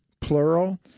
plural